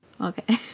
Okay